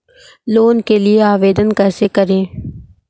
Loan के लिए आवेदन कैसे करें?